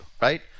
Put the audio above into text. right